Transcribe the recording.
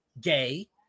gay